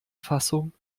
fassung